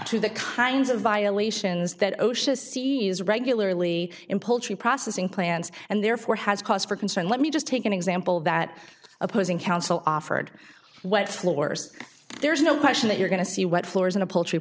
to the kinds of violations that osha sees regularly in poultry processing plants and therefore has cause for concern let me just take an example that opposing counsel offered what floors there's no question that you're going to see what floors in a poultry